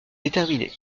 déterminé